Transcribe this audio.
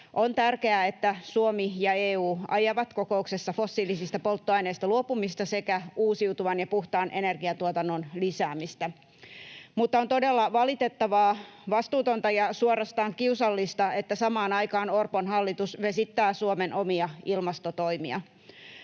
On tärkeää, että Suomi ja EU ajavat kokouksessa fossiilisista polttoaineista luopumista sekä uusiutuvan ja puhtaan energiantuotannon lisäämistä. Mutta on todella valitettavaa, vastuutonta ja suorastaan kiusallista, että samaan aikaan Orpon hallitus vesittää Suomen omia ilmastotoimia.